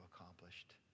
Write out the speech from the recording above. accomplished